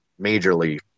majorly